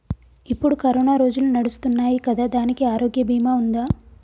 ఇప్పుడు కరోనా రోజులు నడుస్తున్నాయి కదా, దానికి ఆరోగ్య బీమా ఉందా?